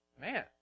man